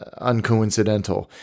uncoincidental